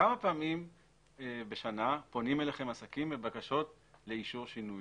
כמה פעמים בשנה פונים אליכם עסקים בבקשות לאישור שינוי?